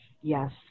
Yes